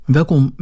Welkom